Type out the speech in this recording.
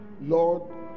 Lord